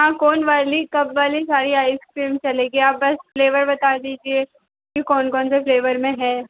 हाँ कोन वाली कप वाली सारी आइस क्रीम चलेगी आप बस फ्लेवर बता दीजिए कि कौन कौन से फ्लेवर में है